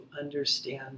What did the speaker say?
understand